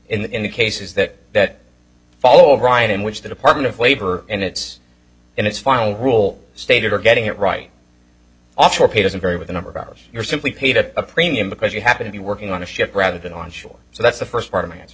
pay in the cases that fall riot in which the department of labor and its in its final rule stated are getting it right offshore pay doesn't vary with the number of hours you're simply paid at a premium because you happen to be working on a ship rather than on shore so that's the first part of my answer